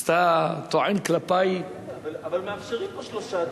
אז אתה טוען כלפי, אבל מאפשרים שלושה.